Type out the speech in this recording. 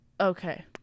Okay